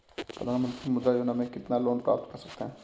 प्रधानमंत्री मुद्रा योजना में कितना लोंन प्राप्त कर सकते हैं?